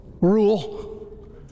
rule